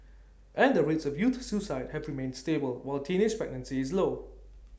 and the rates of youth suicide have remained stable while teenage pregnancy is low